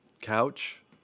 Couch